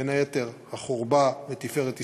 בין היתר, "החורבה" ו"תפארת ישראל"